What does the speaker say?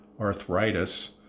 arthritis